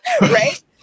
right